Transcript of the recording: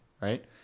Right